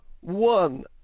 One